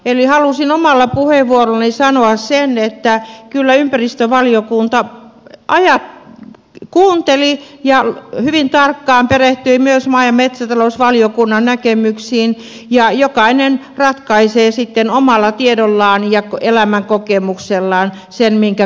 halusin omalla puheenvuorollani sanoa sen että kyllä ympäristövaliokunta kuunteli ja hyvin tarkkaan perehtyi myös maa ja metsätalousvaliokunnan näkemyksiin ja jokainen ratkaisee sitten omalla tiedollaan ja elämänkokemuksellaan sen minkä kannan ottaa